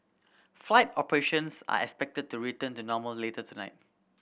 flight operations are expected to return to normal later tonight